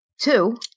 two